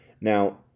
Now